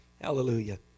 Hallelujah